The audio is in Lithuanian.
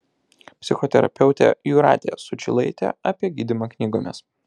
psichoterapeutė jūratė sučylaitė apie gydymą knygomis